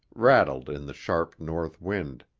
rattled in the sharp north wind.